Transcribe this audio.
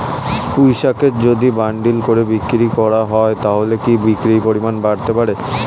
পুঁইশাকের যদি বান্ডিল করে বিক্রি করা হয় তাহলে কি বিক্রির পরিমাণ বাড়তে পারে?